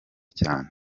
cane